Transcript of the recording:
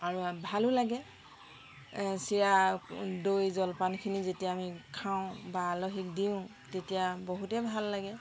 আৰু ভালো লাগে চিৰা দৈ জলপানখিনি যেতিয়া আমি খাওঁ বা আলহীক দিওঁ তেতিয়া বহুতেও ভাল লাগে